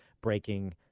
breaking